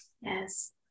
Yes